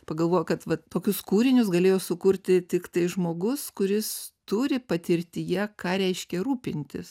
pagalvojau kad vat tokius kūrinius galėjo sukurti tiktai žmogus kuris turi patirtyje ką reiškia rūpintis